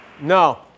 No